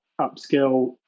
upskill